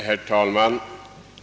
Herr talman!